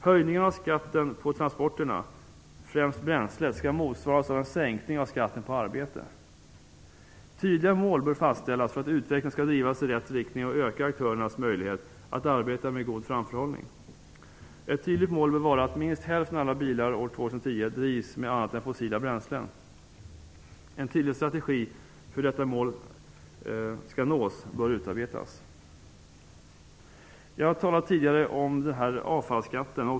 Höjningarna av skatten på transporterna, främst bränslet, skall motsvaras av en sänkning av skatten på arbete. Tydliga mål bör fastställas för att utvecklingen skall drivas i rätt riktning och öka aktörernas möjlighet att arbeta med god framförhållning. Ett tydligt mål bör vara att minst hälften av alla bilar år 2010 drivs med annat än fossila bränslen. En tydlig strategi för hur detta mål skall nås bör utarbetas. Jag har tidigare talat om avfallsskatten.